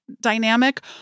dynamic